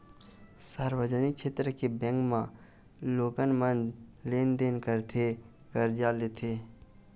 सार्वजनिक छेत्र के बेंक म लोगन मन लेन देन करथे, करजा लेथे